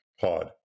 pod